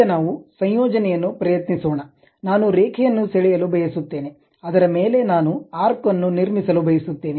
ಈಗ ನಾವು ಸಂಯೋಜನೆಯನ್ನು ಪ್ರಯತ್ನಿಸೋಣ ನಾನು ರೇಖೆಯನ್ನು ಸೆಳೆಯಲು ಬಯಸುತ್ತೇನೆ ಅದರ ಮೇಲೆ ನಾನು ಆರ್ಕ್ ವನ್ನು ನಿರ್ಮಿಸಲು ಬಯಸುತ್ತೇನೆ